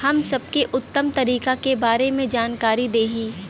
हम सबके उत्तम तरीका के बारे में जानकारी देही?